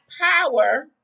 power